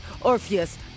Orpheus